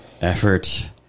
effort